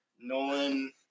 Nolan